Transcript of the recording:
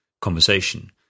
conversation